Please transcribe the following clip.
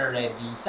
ready